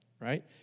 right